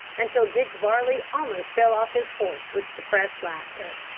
until dick varley almost fell off his horse with suppressed laughter.